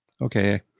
Okay